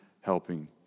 helping